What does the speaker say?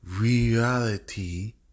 reality